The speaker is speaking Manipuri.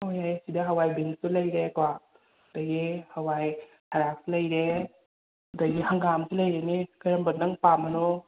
ꯑꯧ ꯌꯥꯏꯌꯦ ꯑꯁꯤꯗ ꯍꯋꯥꯏ ꯕꯤꯟꯁꯨ ꯂꯩꯔꯦꯀꯣ ꯑꯗꯒꯤ ꯍꯋꯥꯏ ꯊꯔꯥꯛꯁꯨ ꯂꯩꯔꯦ ꯑꯗꯒꯤ ꯍꯪꯒꯥꯝꯁꯨ ꯂꯩꯔꯦꯅꯦ ꯀꯥꯔꯝꯕ ꯅꯪ ꯄꯥꯝꯕꯅꯣ